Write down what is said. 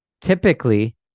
typically